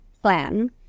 plan